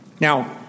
now